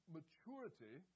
maturity